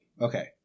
Okay